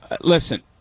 Listen